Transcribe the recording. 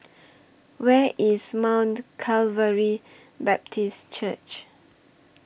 Where IS Mount Calvary Baptist Church